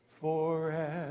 forever